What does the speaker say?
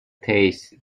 tasted